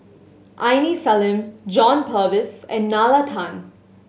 Aini Salim John Purvis and Nalla Tan